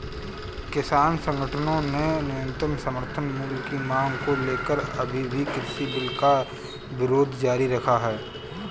किसान संगठनों ने न्यूनतम समर्थन मूल्य की मांग को लेकर अभी भी कृषि बिल का विरोध जारी रखा है